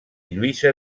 lluïsa